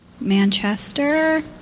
Manchester